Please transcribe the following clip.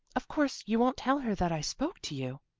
of course you won't tell her that i spoke to you?